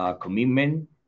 commitment